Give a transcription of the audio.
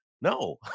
no